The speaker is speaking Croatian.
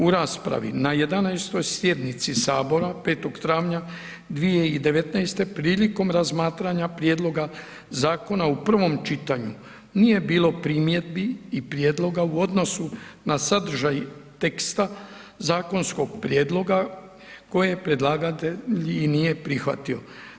U raspravi na 11. sjednici Sabora 5. travnja 2019. prilikom razmatranja Prijedloga zakona u prvom čitanju nije bilo primjedbi i prijedloga u odnosu na sadržaj teksta zakonskog prijedloga kojeg predlagatelj i nije prihvatio.